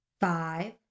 Five